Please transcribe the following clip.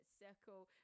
circle